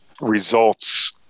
results